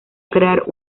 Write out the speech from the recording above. crear